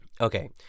Okay